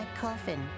coffin